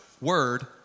word